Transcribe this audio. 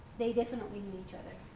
they definitely knew each other.